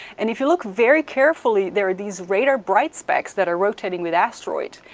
and if you look very carefully, there are these radar bright specks that are rotating with asteroid,